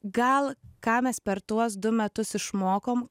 gal ką mes per tuos du metus išmokom